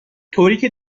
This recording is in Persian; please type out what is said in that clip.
طوریکه